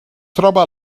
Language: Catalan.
troba